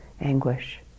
anguish